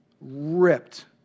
Ripped